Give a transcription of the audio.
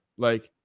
like